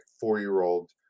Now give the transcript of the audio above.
four-year-old